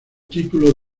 título